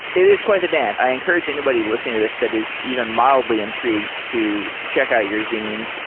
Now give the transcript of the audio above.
it is quite the dance. i encourage anybody listening to this that is even mildly intrigued to check out your zine.